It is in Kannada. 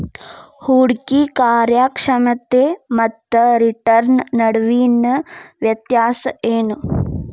ಹೂಡ್ಕಿ ಕಾರ್ಯಕ್ಷಮತೆ ಮತ್ತ ರಿಟರ್ನ್ ನಡುವಿನ್ ವ್ಯತ್ಯಾಸ ಏನು?